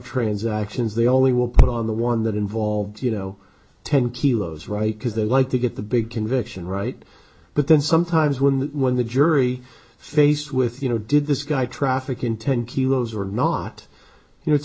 transactions they only will put on the one that involved you know ten kilos right because they like to get the big conviction right but then sometimes when the when the jury faced with you know did this guy traffic in ten kilos or not you know it's